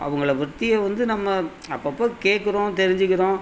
அவங்கள பற்றிய வந்து நம்ம அப்பப்போ கேட்கறோம் தெரிஞ்சுக்கிறோம்